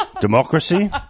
Democracy